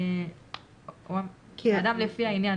לפי העניין,